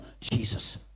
Jesus